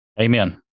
Amen